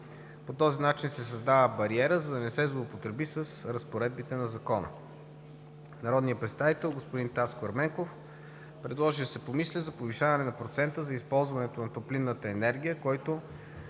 По този начин се създава бариера, за да не се злоупотреби с разпоредбите на закона. Народният представител господин Таско Ерменков предложи да се помисли за повишаване на процента за използването на топлинната енергия,